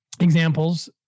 examples